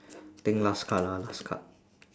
think last card lah last card